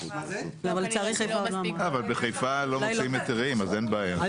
אבל בחיפה לא מוציאים היתרים אז אין בעיה.